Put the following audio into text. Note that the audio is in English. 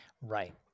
Right